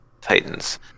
Titans